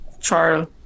Charles